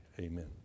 Amen